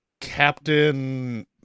captain